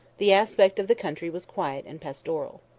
the aspect of the country was quiet and pastoral.